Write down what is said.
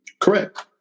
Correct